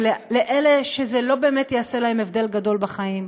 לאלה שזה לא באמת יעשה להם הבדל גדול בחיים,